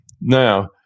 now